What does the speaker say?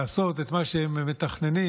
לעשות את מה שהם מתכננים: